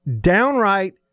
downright